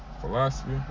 philosophy